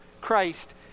Christ